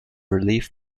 relief